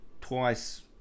twice